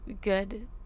good